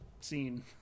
scene